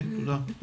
תודה.